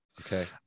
Okay